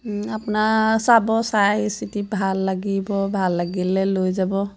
আপোনাৰ চাব চাই চিতি ভাল লাগিব ভাল লাগিলে লৈ যাব